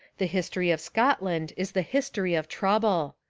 the history of scot land is the history of trouble.